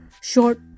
short